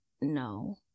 no